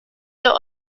der